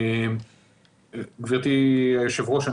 גברתי היושבת-ראש,